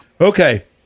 Okay